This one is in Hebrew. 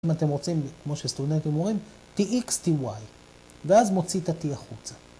‫אם אתם רוצים, כמו שסטודנטים אומרים, ‫Tx, Ty, ואז מוציא את ה-T החוצה.